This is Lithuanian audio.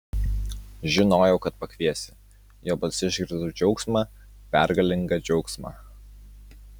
žinojau kad pakviesi jo balse išgirdau džiaugsmą pergalingą džiaugsmą